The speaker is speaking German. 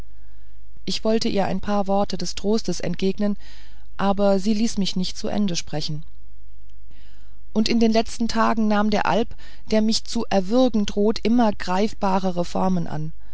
ich wollte ihr ein paar worte des trostes entgegnen aber sie ließ mich nicht zu ende sprechen und in den letzten tagen nahm der alb der mich zu erwürgen droht immer greifbarere formen an